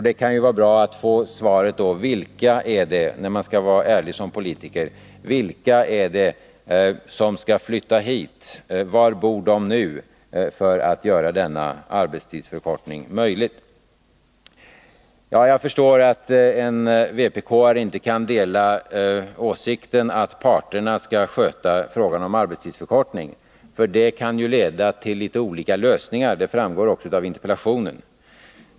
Det kan därför vara bra att få svar på frågan: Vilka är det — om man skall vara ärlig som politiker — som skall flytta hit för att göra denna arbetstidsförkortning möjlig? Var bor de nu? Jag förstår att en vpk:are inte kan dela åsikten att parterna skall sköta frågan om arbetstidsförkortning, för det kan leda till olika lösningar. Det framgår också av interpellationen.